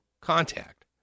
contact